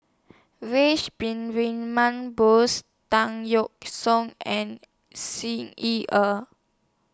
wish been Win Man Bose Tan Yeok Seong and Xi Ye Er